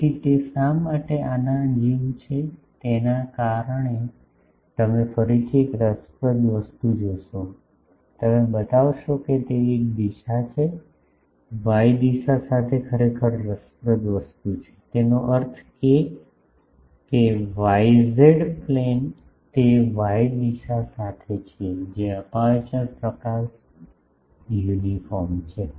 તેથી તે શા માટે આના જેવું છે તેના કારણે તમે ફરીથી એક રસપ્રદ વસ્તુ જોશો તમે બતાવશો કે તે એક છે વાય દિશા સાથે ખરેખર રસપ્રદ વસ્તુ તેનો અર્થ એ કે વાય ઝેડ પ્લેન તે વાય દિશા સાથે છે જે અપેરચ્યોર પ્રકાશ યુનિફોર્મ છે